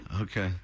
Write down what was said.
okay